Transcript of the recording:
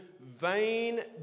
vain